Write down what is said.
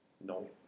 No